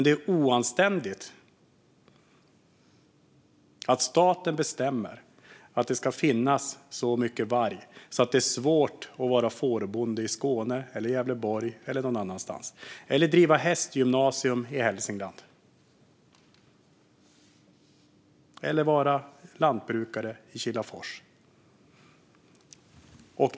Det är oanständigt att staten bestämmer att det ska finnas så mycket varg att det är svårt att vara fårbonde i Skåne, Gävleborg eller någon annanstans eller att driva hästgymnasium i Hälsingland eller att vara lantbrukare i Kilafors.